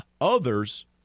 Others